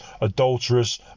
adulterers